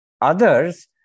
Others